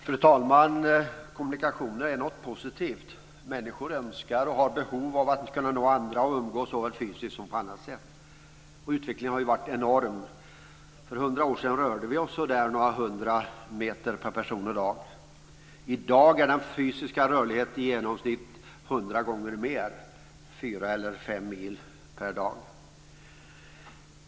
Fru talman! Kommunikationer är något positivt. Människor önskar och har behov av att kunna nå andra och att umgås såväl fysiskt som på annat sätt. Utvecklingen har varit enorm. För 100 år sedan rörde vi oss några hundra meter per person och dag. I dag är den fysiska rörligheten i genomsnitt hundra gånger större, fyra eller fem mil per dag.